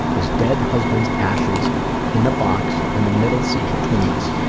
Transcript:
his dead husband's ashes in a box in the middle seat between us,